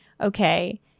okay